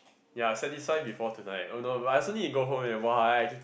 ya satisfy before tonight oh no but I also need go home eh !wah!